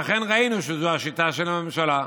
ואכן ראינו שזו השיטה של הממשלה,